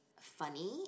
funny